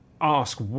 ask